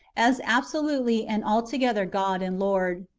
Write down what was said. as absolutely and altogether god and lord.